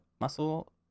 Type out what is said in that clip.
muscle